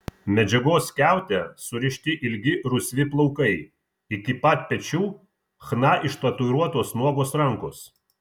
medžiagos skiaute surišti ilgi rusvi plaukai iki pat pečių chna ištatuiruotos nuogos rankos